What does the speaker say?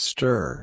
Stir